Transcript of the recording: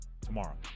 tomorrow